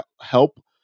help